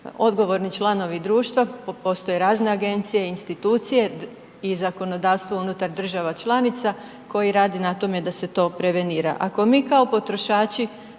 odgovorni članovi društva, postoje razne agencije i institucije i zakonodavstvo unutar država članica koji rade na tome da se to prevenira. Ako mi kao potrošači